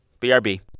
BRB